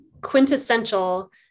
quintessential